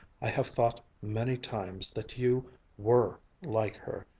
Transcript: i have thought many times, that you were like her.